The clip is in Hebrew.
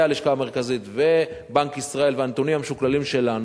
והלשכה המרכזית ובנק ישראל והנתונים המשוקללים שלנו.